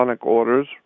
orders